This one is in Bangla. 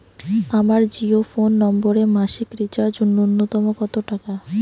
আমার জিও ফোন নম্বরে মাসিক রিচার্জ নূন্যতম কত টাকা?